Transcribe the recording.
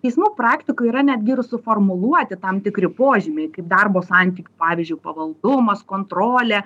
teismų praktikoj yra netgi ir suformuluoti tam tikri požymiai kaip darbo santykių pavyzdžiui pavaldumas kontrolė